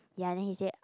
ya then he say